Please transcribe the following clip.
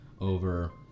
over